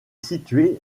situé